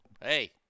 Hey